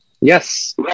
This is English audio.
Yes